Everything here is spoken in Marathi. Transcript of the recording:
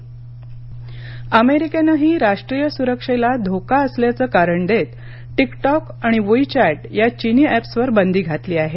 टिकटॉक बंदी अमेरिकेनंही राष्ट्रीय सुरक्षेला धोका असल्याचं कारण देत टिकटॉक आणि वुई चॅट या चीनी ऍप्सवर बंदी घातली आहे